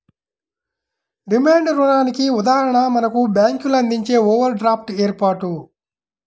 demand రుణానికి ఉదాహరణ మనకు బ్యేంకులు అందించే ఓవర్ డ్రాఫ్ట్ ఏర్పాటు